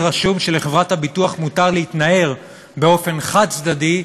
רשום שלחברת הביטוח מותר להתנער באופן חד-צדדי,